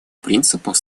принципов